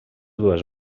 dues